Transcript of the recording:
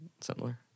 similar